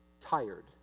tired